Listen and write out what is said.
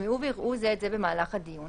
ישמעו ויראו זה את זה במהלך הדיון,